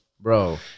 Bro